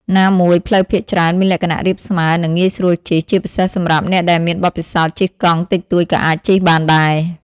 ណាមួយផ្លូវភាគច្រើនមានលក្ខណៈរាបស្មើ និងងាយស្រួលជិះ ជាពិសេសសម្រាប់អ្នកដែលមានបទពិសោធន៍ជិះកង់តិចតួចក៏អាចជិះបានដែរ។